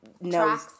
no